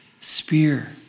spear